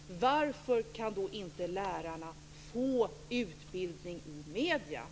Varför kan då inte lärarna få utbildning i medier?